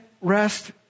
rest